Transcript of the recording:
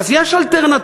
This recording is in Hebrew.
אז יש אלטרנטיבות,